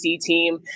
team